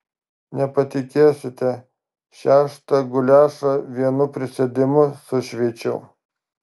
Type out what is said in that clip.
nepatikėsite šeštą guliašą vienu prisėdimu sušveičiau